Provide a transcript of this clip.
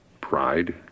Pride